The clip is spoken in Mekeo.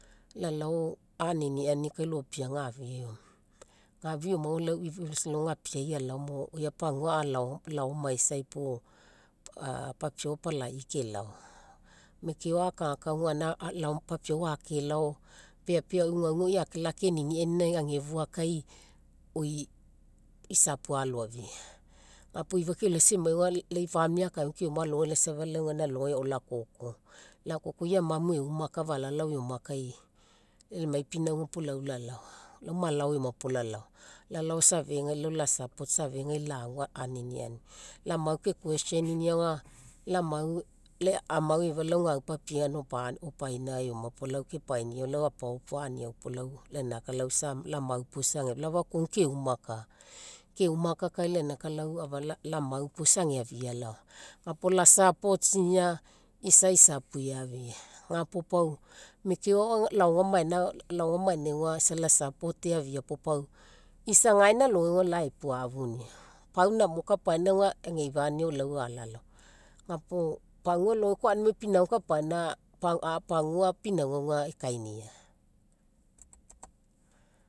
Lalao aniniani kai lopia gafia eoma. Gafia eoma auga ifa eulaisa gapiai alao mo, ia pagua laoamaisai puo papiau apalaii kelap. Mekeo akagakaga gaina papiau akelao peapea auii ugauga auii akelao akeniniani agefua kai, oi isapu aloafia. Ga puo ifa keulaisa emai auga lai famili alogai keoma alogai auga lau safa gaina lakoko. Lakoko oi amamu eumaka falalao eoma kai emai pinauga puo lau lalao. Lau malao eoma puo lalao, lalao isa afegai la support isa afegai lagu aniniani. Lau amau ke questionia auga, lau amau lau amau eifa lau gau papiega opaina eoma puo lau kepainiau lau apao fa'aniau puo lau lainaka lau isa amau puo isa, lau afakuau auga keumaka. Keumaka kai lainaka afalai lau amau puo isa ageafia laoma, ga puo la supportsinia isa isapu eafia. Ga puo mekeo laogamaina, laogamaina auga isa la support eafia puo pau isa gaina alogai lau ae puafuniau. Pau namo kapaina auga, ageifaniau lau alalao. Ga puo pagua alogai koa aunimai pinauga kapaina, pagua pinauga ekainia.